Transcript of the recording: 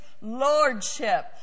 Lordship